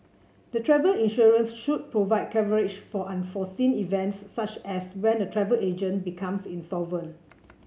the travel insurance should provide coverage for unforeseen events such as when a travel agent becomes insolvent